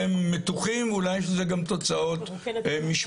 והם מתוחים ואולי יש לזה גם תוצאות משמעתיות.